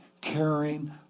caring